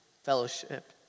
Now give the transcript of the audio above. fellowship